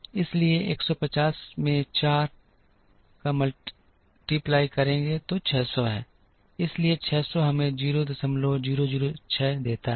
इसलिए 150 में 4 में 600 है इसलिए 600 हमें 0006 देता है